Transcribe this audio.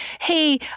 hey